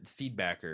feedbacker